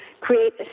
create